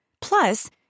Plus